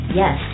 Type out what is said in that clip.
yes